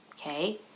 Okay